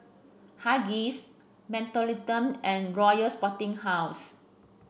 Huggies Mentholatum and Royal Sporting House